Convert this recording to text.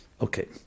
Okay